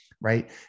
right